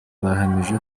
bahamije